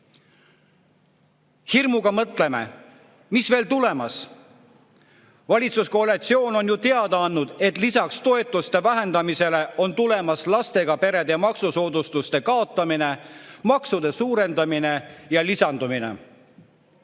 Hirmuga mõtleme, mis veel tulemas. Valitsuskoalitsioon on ju teada andnud, et lisaks toetuste vähendamisele on tulemas lastega perede maksusoodustuste kaotamine, maksude suurendamine ja lisandumine."Sellele